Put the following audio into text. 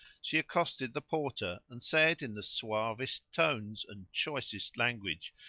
she accosted the porter and said in the suavest tones and choicest language,